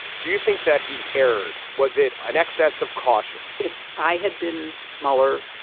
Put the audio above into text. do you think that he aired? was it an excess of caution? if i had been mueller,